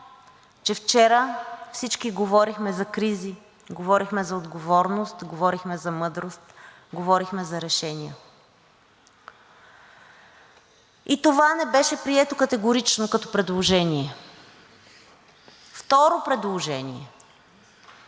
че вчера всички говорихме за кризи, говорихме за отговорност, говорихме за мъдрост, говорихме за решения. И това не беше прието категорично като предложение. Второ предложение.